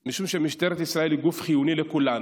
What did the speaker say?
משום שמשטרת ישראל היא גוף חיוני לכולנו,